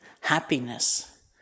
Happiness